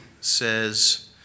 says